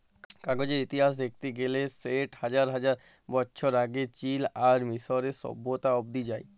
কাগজের ইতিহাস দ্যাখতে গ্যালে সেট হাজার হাজার বছর আগে চীল আর মিশরীয় সভ্যতা অব্দি যায়